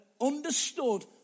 understood